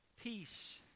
peace